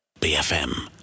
BFM